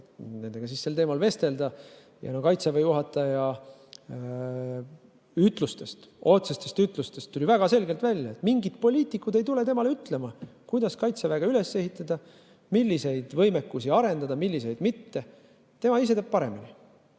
nendega sel teemal vestelda, siis Kaitseväe juhataja otsestest ütlustest tuli väga selgelt välja, et mingid poliitikud ei tule temale ütlema, kuidas Kaitseväge üles ehitada, milliseid võimekusi arendada ja milliseid mitte. Tema ise teab paremini.